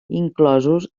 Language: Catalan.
inclosos